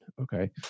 okay